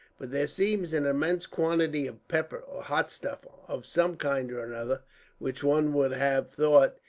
but there seems an immense quantity of pepper, or hot stuff of some kind or other which one would have thought,